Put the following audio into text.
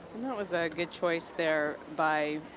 and that was a good choice there by